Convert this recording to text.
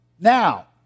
Now